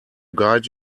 guide